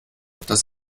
das